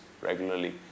regularly